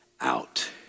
out